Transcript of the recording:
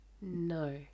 No